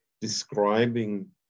describing